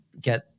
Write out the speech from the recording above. get